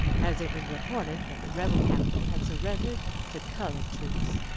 as it was reported that the rebel capital had surrendered to colored troops.